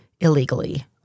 illegally